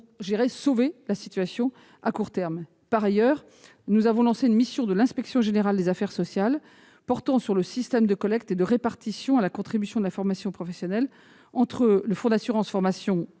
pour « sauver » la situation à court terme. Par ailleurs, nous avons lancé une mission de l'Inspection générale des affaires sociales, portant sur le système de collecte et de répartition de la contribution à la formation professionnelle entre les Fonds d'assurance formation